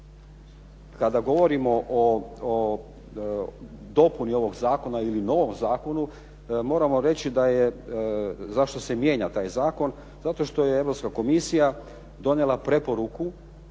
kada govorimo o dopuni ovog zakona, ili novom zakonu, moramo reći da je zašto se mijenja taj zakon. Zato što je Europska Komisija donijela preporuku